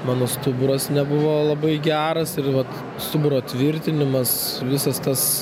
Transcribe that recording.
mano stuburas nebuvo labai geras ir vat stuburo tvirtinimas visas tas